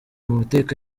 mateka